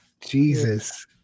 Jesus